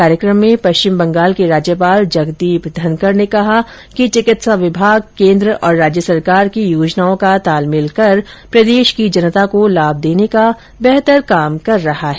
कार्यक्रम में पश्चिम बंगाल के राज्यपाल जगदीप धनखड़ ने कहा कि चिकित्सा विभाग केन्द्र और राज्य सरकार की योजनाओं का तालमेल कर प्रदेश की जनता को लाभ देने का बेहतर काम कर रहा है